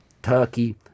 Turkey